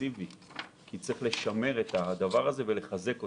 אינטנסיבי כי צריך לשמר את הדבר הזה ולחזק אותו.